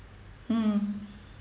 mm